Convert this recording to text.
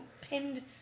pinned